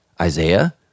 Isaiah